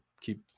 keep